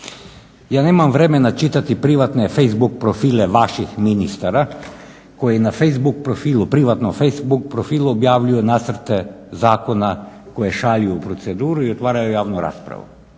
Ja nemam vremena čitati privatne Facebook profile vaših ministara, koji na Facebook profilu, privatnom Facebook profilu objavljuju nacrte zakona koje šalju u proceduru i otvaraju javnu raspravu,